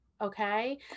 Okay